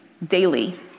daily